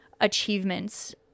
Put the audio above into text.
achievements